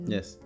Yes